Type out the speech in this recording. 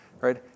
right